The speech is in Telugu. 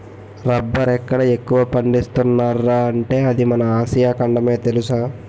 రబ్బరెక్కడ ఎక్కువ పండిస్తున్నార్రా అంటే అది మన ఆసియా ఖండమే తెలుసా?